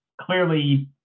clearly